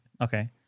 Okay